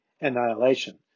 annihilation